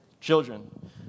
Children